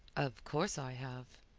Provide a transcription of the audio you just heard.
of course i have.